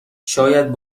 شاید